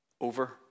over